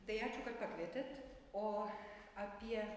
tai ačiū kad pakvietėt o apie